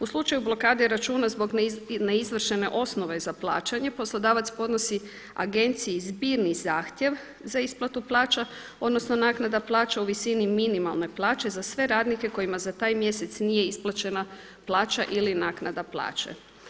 U slučaju blokade računa zbog neizvršene osnove za plaćanje poslodavac podnosi agenciji zbirni zahtjev za isplatu plaća odnosno naknada plaća u visini minimalne plaže za sve radnike kojima za taj mjesec nije isplaćena plaća ili naknada plaće.